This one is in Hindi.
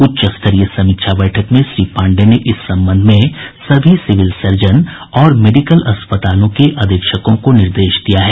उच्चस्तरीय समीक्षा बैठक में श्री पांडेय ने इस संबंध में सभी सिविल सर्जन और मेडिकल अस्पतालों के अधीक्षकों को निर्देश दिया है